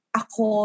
ako